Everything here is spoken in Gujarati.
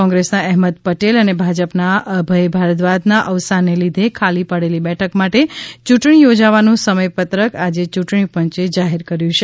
કોંગ્રેસના અહેમદ પટેલ અને ભાજપના અભય ભારદ્વાજના અવસાનને લીધે ખાલી પડેલી બેઠક માટે ચૂંટણી યોજવાનું સમય પત્રક આજે ચૂંટણી પંચે જાહેર કર્યું છે